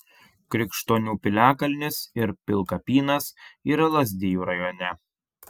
krikštonių piliakalnis ir pilkapynas yra lazdijų rajone